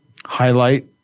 highlight